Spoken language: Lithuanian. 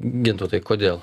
gintautai kodėl